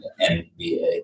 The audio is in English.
NBA